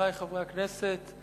חברי חברי הכנסת,